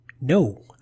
No